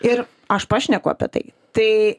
ir aš pašneku apie tai tai